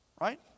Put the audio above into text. right